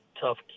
tough